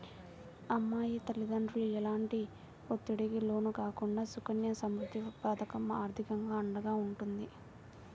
అమ్మాయి తల్లిదండ్రులు ఎలాంటి ఒత్తిడికి లోను కాకుండా సుకన్య సమృద్ధి పథకం ఆర్థికంగా అండగా ఉంటుంది